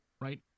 right